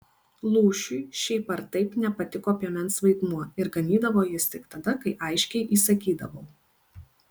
lūšiui šiaip ar taip nepatiko piemens vaidmuo ir ganydavo jis tik tada kai aiškiai įsakydavau